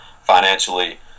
financially